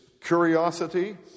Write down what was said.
curiosity